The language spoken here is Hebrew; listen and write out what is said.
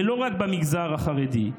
ולא רק במגזר החרדי.